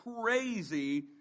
crazy